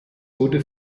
wurde